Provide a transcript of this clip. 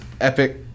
epic